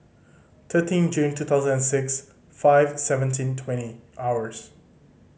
thirteen June two thousand and six five seventeen twenty hours